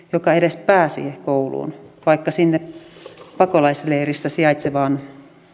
joka edes pääsee kouluun vaikka sinne pakolaisleirissä sijaitsevaan